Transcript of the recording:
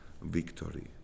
victory